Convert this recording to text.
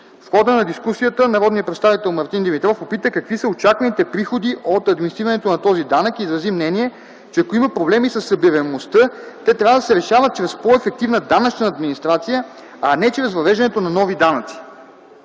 В хода на дискусията народният представител Мартин Димитров попита какви са очакваните приходи от администрирането на този данък и изрази мнение, че ако има проблеми със събираемостта те трябва да се решават чрез по-ефективна данъчна администрация, а не чрез въвеждането на нови данъци.